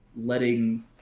letting